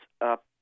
up